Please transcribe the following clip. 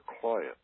client